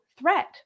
threat